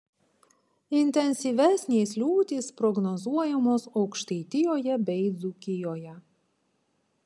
intensyvesnės liūtys prognozuojamos aukštaitijoje bei dzūkijoje